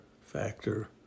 factor